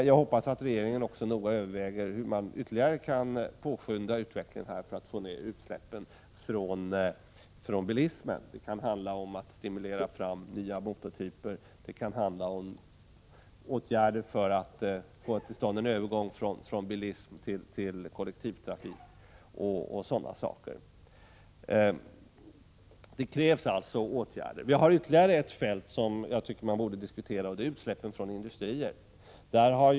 Jag hoppas att regeringen noga överväger hur utvecklingen ytterligare kan påskyndas för att minska utsläppen från bilismen. Det kan handla om att stimulera framtagandet av nya motortyper, åtgärder för att få till stånd en övergång från bilism till kollektivtrafik m.m. Det krävs alltså åtgärder. Det finns ytterligare ett fält som borde diskuteras och det är utsläppen från industrier.